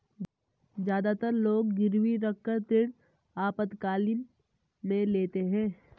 ज्यादातर लोग गिरवी रखकर ऋण आपातकालीन में लेते है